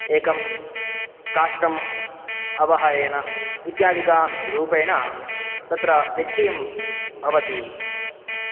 एकं काष्ठम् अवहयेन इत्यादिक रूपेण तत्र व्यत्ययं भवति